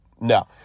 no